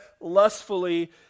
lustfully